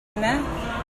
yna